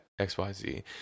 XYZ